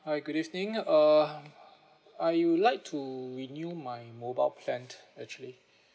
hi good evening uh I would like to renew my mobile plan actually